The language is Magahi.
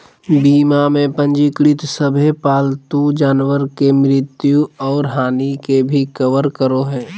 बीमा में पंजीकृत सभे पालतू जानवर के मृत्यु और हानि के भी कवर करो हइ